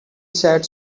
said